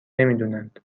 نمیدونند